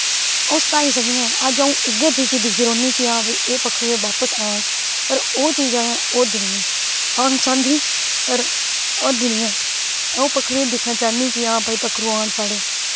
अ'ऊं सनाई नी सकनी ऐं अज्ज अ'ऊं उऐ चीज़ दिक्खनीं रौंह्नी कि हां भाई एह् पक्खरू बापस आन पर ओह् चीज़ अजैं होआ दी नी ऐ अ'ऊं ते चांह्दी पर होंदी नी ऐ अ'ऊं पक्खरुएं गी दिक्खनां चाह्नी हां बाई पक्खरू आन साढ़े